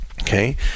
okay